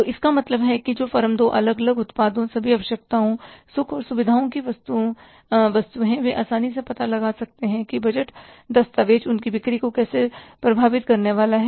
तो इसका मतलब है कि जो फर्म दो अलग अलग उत्पादों सभी आवश्यकताओं सुख और सुविधाएँ की वस्तुओं में हैं वे आसानी से पता लगा सकते हैं कि बजट दस्तावेज़ उनकी बिक्री को कैसे प्रभावित करने वाला है